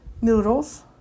noodles